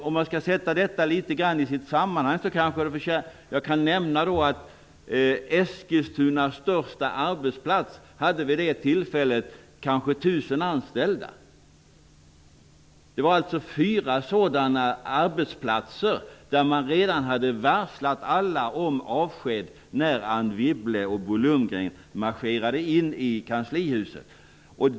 Om jag skall sätta detta litet grand i sitt sammanhang kan jag nämna att Eskilstunas största arbetsplats vid det tillfället hade kanske 1 000 Wibble och Bo Lundgren marscherade in i kanslihuset motsvarade alltså fyra sådana arbetsplatser.